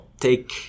take